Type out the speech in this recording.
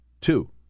two